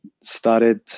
started